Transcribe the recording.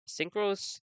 synchros